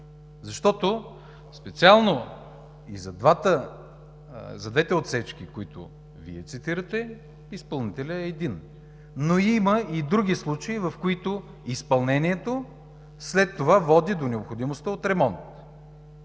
Специално и за двете отсечки, които Вие цитирате, изпълнителят е един, но има и други случаи, в които изпълнението след това води до необходимостта от ремонт.